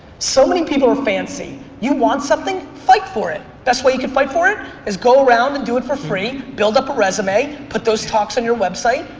so many people are fancy. you want something, fight for it. best way you can fight for it, is go around and do it for free, build up a resume, put those talks on your website,